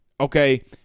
Okay